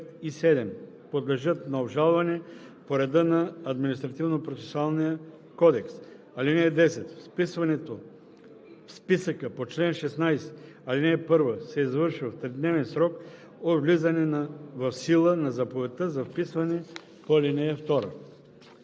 и 7 подлежат на обжалване по реда на Административнопроцесуалния кодекс. (10) Вписването в списъка по чл. 16, ал. 1 се извършва в тридневен срок от влизането в сила на заповедта за вписване по ал. 2.“